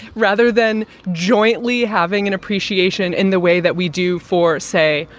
rather than jointly having an appreciation in the way that we do for, say,